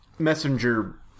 Messenger